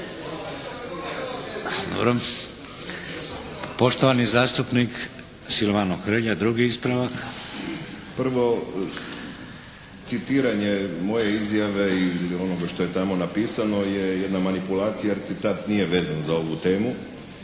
ili? Poštovani zastupnik Silvano Hrelja, drugi ispravak. **Hrelja, Silvano (HSU)** Prvo, citiranje moje izjave ili onoga što je tamo napisano je jedna manipulacija jer citat nije vezan za ovu temu.